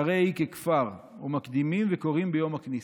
"הרי היא ככפר ומקדימין וקוראין ביום הכניסה.